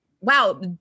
wow